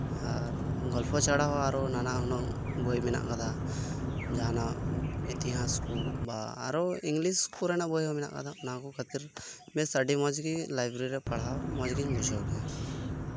ᱟᱨ ᱜᱚᱞᱯᱷᱚ ᱪᱷᱟᱲᱟ ᱦᱚᱸ ᱟᱨᱦᱚᱸ ᱱᱟᱱᱟ ᱦᱩᱱᱟᱹᱨ ᱵᱳᱭ ᱢᱮᱱᱟᱜ ᱠᱟᱫᱟ ᱡᱟᱸᱦᱟᱱᱟᱜ ᱱᱟᱜᱟᱢ ᱨᱮᱱᱟᱜ ᱠᱚ ᱥᱮ ᱟᱨᱦᱚᱸ ᱤᱝᱞᱤᱥ ᱠᱚᱨᱮᱱᱟᱜ ᱵᱳᱭ ᱢᱮᱱᱟᱜ ᱟᱠᱟᱫᱟ ᱚᱱᱟ ᱠᱚ ᱠᱷᱟᱛᱤᱨ ᱵᱮᱥ ᱟᱹᱰᱤ ᱢᱚᱸᱡ ᱞᱟᱭᱵᱨᱮᱨᱤ ᱨᱮ ᱯᱟᱲᱦᱟᱣ ᱢᱚᱸᱡ ᱜᱤᱧ ᱵᱩᱡᱷᱟᱹᱣ ᱜᱮᱭᱟ